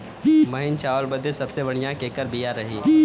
महीन चावल बदे सबसे बढ़िया केकर बिया रही?